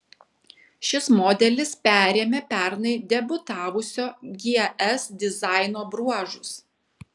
šis modelis perėmė pernai debiutavusio gs dizaino bruožus